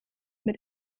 mit